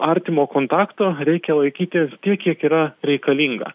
artimo kontakto reikia laikytis tiek kiek yra reikalinga